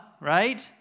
right